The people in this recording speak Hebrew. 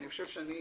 אני חושב שאני